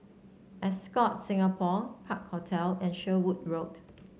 Ascott Singapore Park Hotel and Sherwood Road